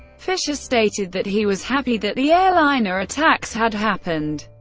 fischer stated that he was happy that the airliner attacks had happened,